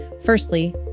Firstly